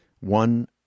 one